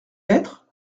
lettre